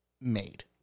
made